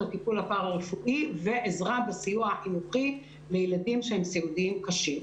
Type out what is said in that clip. הטיפול הפרא רפואית ועזרה בסיוע החינוכי לילדים שהם סיעודיים קשים,